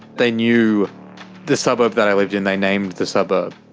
they knew the suburb that i lived in, they named the suburb.